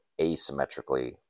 asymmetrically